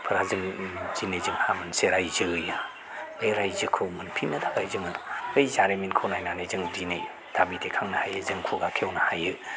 फोरा जों दिनै जोंहा मोनसे रायजो गैया बे रायजोखौ मोनफिननो थाखाय जोङो बै जारिमिनखौ नायनानै जों दिनै दाबि दैखांनो हायो जों खुगा खेवनो हायो